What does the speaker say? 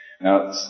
Now